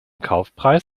kaufpreis